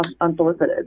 unsolicited